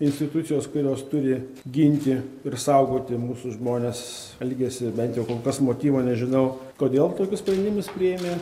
institucijos kurios turi ginti ir saugoti mūsų žmones elgiasi bent jau kol kas motyvo nežinau kodėl tokius sprendimus priėmė